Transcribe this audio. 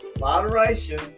Moderation